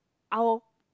our